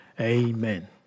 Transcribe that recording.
Amen